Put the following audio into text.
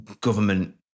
government